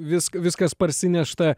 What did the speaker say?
visk viskas parsinešta